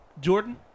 Jordan